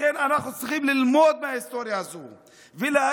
לכן אנחנו צריכים ללמוד מההיסטוריה הזאת ולהגיד: